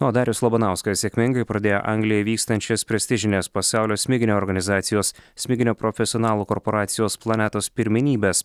o darius labanauskas sėkmingai pradėjo anglijoj vykstančias prestižinės pasaulio smiginio organizacijos smiginio profesionalų korporacijos planetos pirmenybes